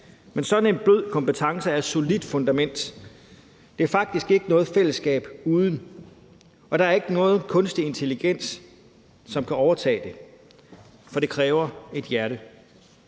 men sådan en blød kompetence er et solidt fundament. Der er faktisk ikke noget fællesskab uden, og der er ikke nogen kunstig intelligens, som kan overtage det, for det kræver et hjerte.